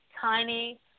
tiny